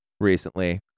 recently